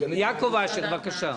יעקב אשר, בבקשה.